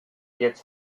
gets